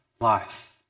life